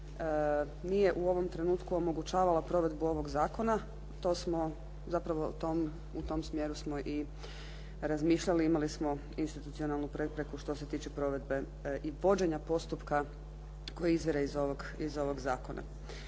nije u ovom trenutku omogućavala provedbu ovog zakona. To smo, zapravo u tom smjeru smo i razmišljali i imali smo institucionalnu prepreku što se tiče provedbe i vođenja postupka koji izvire iz ovog zakona.